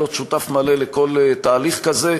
להיות שותף מלא לכל תהליך כזה.